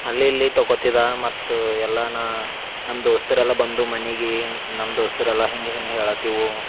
ಅಲ್ಲಿ ಇಲ್ಲಿ ತಗೊತಿದ್ದ ಮತ್ತು ಎಲ್ಲನಾ ನಮ್ಮ ದೋಸ್ತುರೆಲ್ಲ ಬಂದು ಮನೆಗೆ ನಮ್ಮ ದೋಸ್ತುರೆಲ್ಲ ಹಿಂಗ ಹಿಂಗ ಹೇಳಾತಿವು